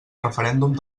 referèndum